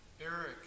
Eric